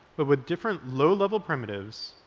but with different low-level primitives,